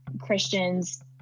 Christians